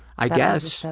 i guess.